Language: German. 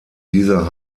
dieser